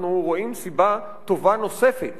אנחנו רואים סיבה טובה נוספת